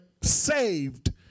saved